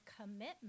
commitment